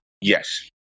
yes